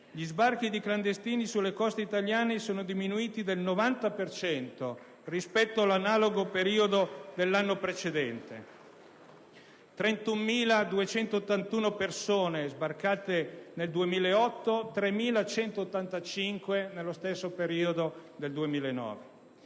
gli sbarchi di clandestini sulle coste italiane sono diminuiti del 90 per cento, rispetto all'analogo periodo dell'anno precedente: 31.281 persone sbarcate nel 2008, 3.185 nello stesso periodo del 2009.